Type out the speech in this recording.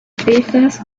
fijas